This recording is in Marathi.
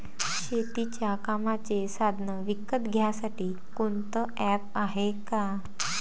शेतीच्या कामाचे साधनं विकत घ्यासाठी कोनतं ॲप हाये का?